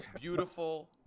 beautiful